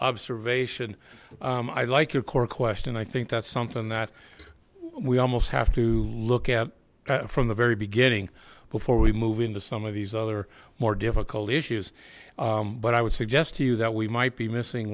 observation i like your core question i think that's something that we almost have to look at from the very beginning before we move into some of these other more difficult issues but i would suggest to you that we might be missing